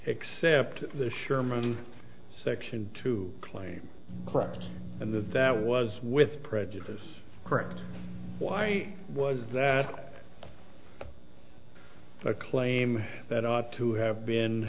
except the sherman section to claim correct and that that was with prejudice correct why was that a claim that ought to have been